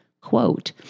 quote